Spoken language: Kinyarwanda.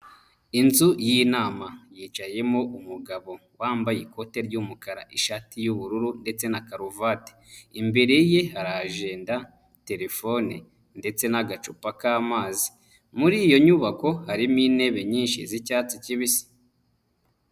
Inzu y'inama yicayemo umugabo wambaye ikote ry'umukara, ishati y'ubururu ndetse na karuvati. Imbere ye hari ajenda, terefone ndetse n'agacupa k'amazi. Muri iyo nyubako harimo intebe nyinshi z'icyatsi kibisi.